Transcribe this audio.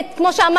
כמו שאמרתי,